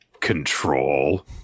Control